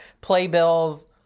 Playbills